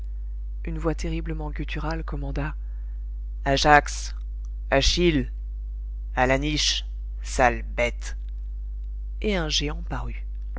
une voix terriblement gutturale commanda ajax achille a la niche sales bêtes et un géant parut